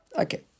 okay